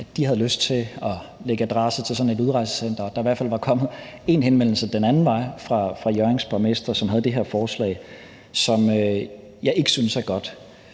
de havde lyst til at lægge adresse til sådan et udrejsecenter, og at der i hvert fald var kommet en henvendelse den anden vej, fra Hjørrings borgmester, som havde det her forslag – som jeg ikke synes er godt.